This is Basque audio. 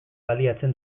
baliatzen